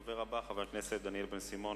הדובר הבא הוא חבר הכנסת דניאל בן-סימון.